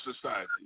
society